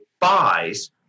buys